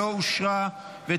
לא נתקבלה.